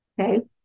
Okay